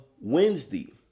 Wednesday